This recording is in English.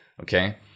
okay